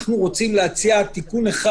אנחנו רוצים להציע תיקון אחד.